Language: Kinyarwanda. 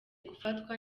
gufatwa